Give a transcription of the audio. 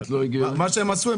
מה שהם עשו,